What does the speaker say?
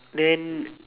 then